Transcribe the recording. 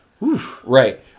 Right